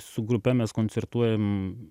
su grupe mes koncertuojam